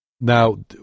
Now